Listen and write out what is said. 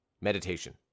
meditation